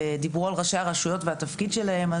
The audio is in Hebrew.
ודיברו על ראשי הרשויות והתפקיד שלהם,